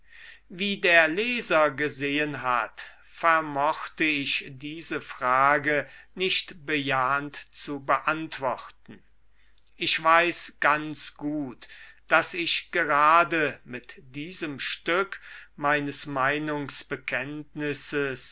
wie der leser gesehen hat vermochte ich diese frage nicht bejahend zu beantworten ich weiß ganz gut daß ich gerade mit diesem stück meines